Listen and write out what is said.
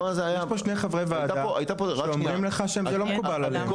יש פה שני חברי ועדה שאומרים לך שזה לא מקובל עליהם.